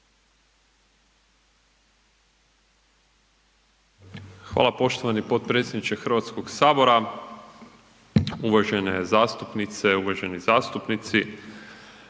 Hvala poštovani potpredsjedniče Hrvatskoga sabora, uvažene zastupnice, uvaženi zastupnici.